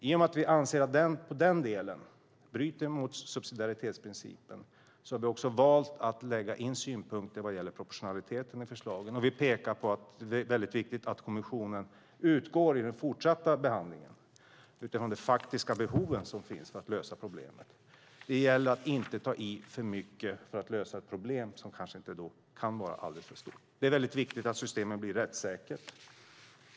I och med att vi anser att den delen bryter mot subsidiaritetsprincipen har vi också valt att lägga in synpunkter vad gäller proportionaliteten i förslaget. Vi pekar på att det är viktigt att kommissionen vid den fortsatta behandlingen utgår från de faktiska behov som finns för att lösa problemen. Det gäller att inte ta i för mycket för att lösa ett problem som kanske inte är så stort. Det är viktigt att systemet blir rättssäkert.